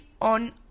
on